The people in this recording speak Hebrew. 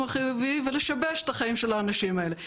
החיובי ולשבש את החיים של האנשים האלה.